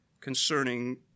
concerning